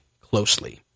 closely